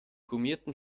gummierten